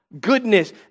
goodness